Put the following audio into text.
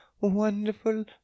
wonderful